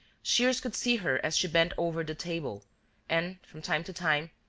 shears could see her as she bent over the table and, from time to time,